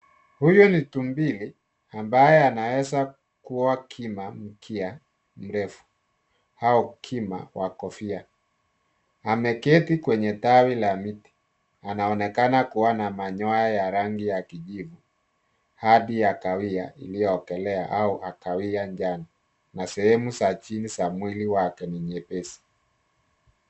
Huyu ni tumbili amabaye anaweza kuwa kima mkia mrefu au kima wa kofia. Ameketi kwenye tawi la miti, anaonekana kuwa na manyoya ya rangi ya kijivu hadi ya kahawia iliyokolea au akaiwa njano na sehemu za chini za mwili wake ni nyepesi.